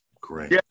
Great